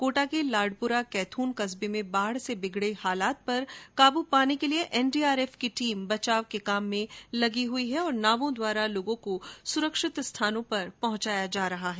कोटा के लाडपुरा कैथून कस्बे में बाढ़ से बिगड़े हालात पर काबू पाने के लिए एनडीआरएफ की टीम बचाव कार्य में जुटी हुई है और नावों द्वारा लोगों को सुरक्षित स्थानों पर पहंचाया जा रहा है